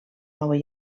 nova